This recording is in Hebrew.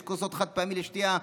יש כוסות חד-פעמיות לשתייה,